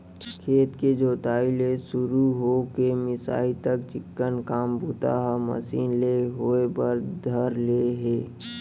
खेत के जोताई ले सुरू हो के मिंसाई तक चिक्कन काम बूता ह मसीन ले होय बर धर ले हे